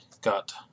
got